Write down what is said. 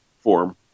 form